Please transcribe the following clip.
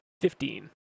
Fifteen